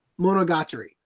Monogatari